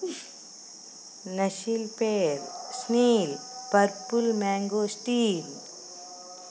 నషీల్ pear స్నిల్ purple mangosteen